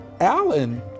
Alan